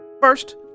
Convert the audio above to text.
First